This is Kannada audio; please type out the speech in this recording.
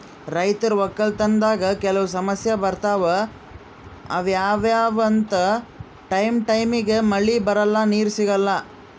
ರೈತರ್ ವಕ್ಕಲತನ್ದಾಗ್ ಕೆಲವ್ ಸಮಸ್ಯ ಬರ್ತವ್ ಯಾವ್ಯಾವ್ ಅಂದ್ರ ಟೈಮ್ ಟೈಮಿಗ್ ಮಳಿ ಬರಲ್ಲಾ ನೀರ್ ಸಿಗಲ್ಲಾ